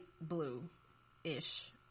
blue-ish